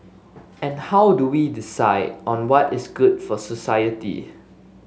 and How do we decide on what is good for society